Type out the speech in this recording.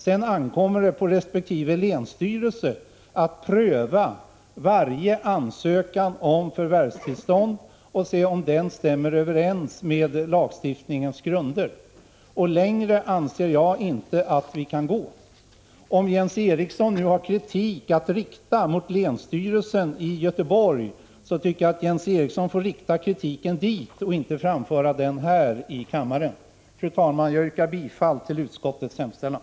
Sedan ankommer det på resp. länsstyrelse att pröva varje ansökan om förvärvstillstånd och se om den stämmer överens med lagstiftningens grunder. Längre anser jag inte att vi kan gå. Om Jens Eriksson har kritik mot länsstyrelsen i Göteborg tycker jag att Jens Eriksson skall rikta den kritiken dit och inte framföra den här i kammaren. Fru talman! Jag yrkar bifall till utskottets hemställan.